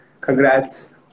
congrats